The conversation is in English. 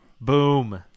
Boom